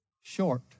short